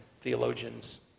theologians